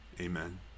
Amen